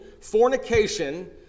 fornication